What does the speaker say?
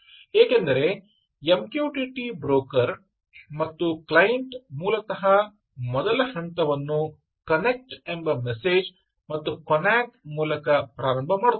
ಏಕೆಂದರೆ MQTT broker ಮತ್ತು client ಮೂಲತಃ ಮೊದಲ ಹಂತವನ್ನು 'ಕನೆಕ್ಟ್' ಎಂಬ ಮೆಸೇಜ್ ಮತ್ತು 'ಕೊನಾಕ್' ಮೂಲಕ ಪ್ರಾರಂಭ ಮಾಡುತ್ತದೆ